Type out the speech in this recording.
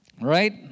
right